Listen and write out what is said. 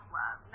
love